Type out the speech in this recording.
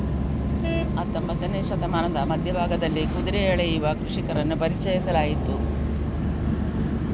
ಹತ್ತೊಂಬತ್ತನೇ ಶತಮಾನದ ಮಧ್ಯ ಭಾಗದಲ್ಲಿ ಕುದುರೆ ಎಳೆಯುವ ಕೃಷಿಕರನ್ನು ಪರಿಚಯಿಸಲಾಯಿತು